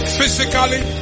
Physically